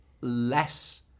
less